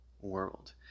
world